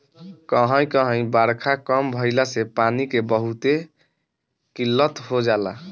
कही कही बारखा कम भईला से पानी के बहुते किल्लत हो जाला